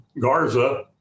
Garza